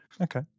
Okay